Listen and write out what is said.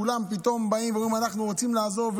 כולם פתאום באים ואומרים: אנחנו רוצים לעזור,